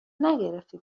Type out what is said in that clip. نگرفتی